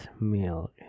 milk